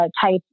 type